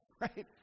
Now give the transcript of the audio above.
right